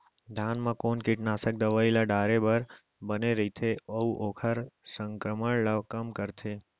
धान म कोन कीटनाशक दवई ल डाले बर बने रइथे, अऊ ओखर संक्रमण ल कम करथें?